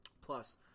Plus